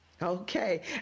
okay